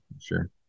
Sure